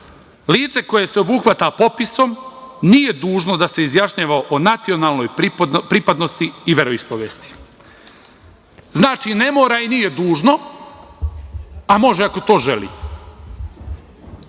„Lice koje se obuhvata popisom nije dužno da se izjašnjava o nacionalnoj pripadnosti i veroispovesti“. Znači, ne mora i nije dužno, a može ako to želi. Svako